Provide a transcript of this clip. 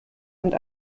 und